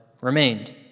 remained